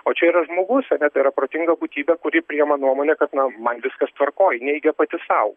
o čia yra žmogus ar ne tai yra protinga būtybė kuri priima nuomonę kad na man viskas tvarkoj neigia pati sau